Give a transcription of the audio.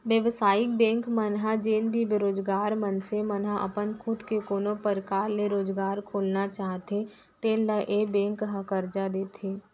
बेवसायिक बेंक मन ह जेन भी बेरोजगार मनसे मन ह अपन खुद के कोनो परकार ले रोजगार खोलना चाहते तेन ल ए बेंक ह करजा देथे